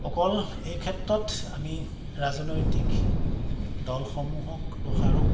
অকল এই ক্ষেত্ৰত আমি ৰাজনৈতিক দলসমূহক দোষাৰুপ